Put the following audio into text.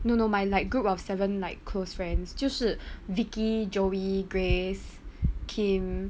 no no my like group of seven like close friends 就是 vicky joey grace kim